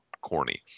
corny